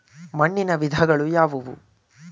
ಮಣ್ಣಿನ ವಿಧಗಳು ಯಾವುವು?